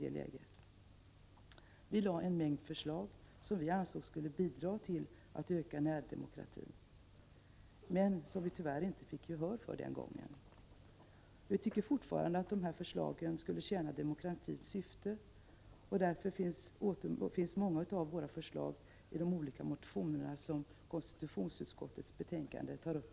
Vi lade fram en mängd förslag som vi ansåg skulle bidra till att öka närdemokratin, men som vi tyvärr inte fick gehör för den gången. Vi tycker fortfarande att dessa förslag skulle tjäna demokratins syfte, och därför återfinns många av våra förslag i de olika motioner som tas upp i det betänkande från konstitutionsutskottet som i dag behandlas.